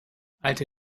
alte